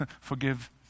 forgive